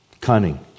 Cunning